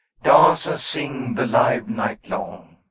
dance and sing the live night long.